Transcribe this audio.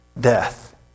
Death